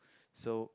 so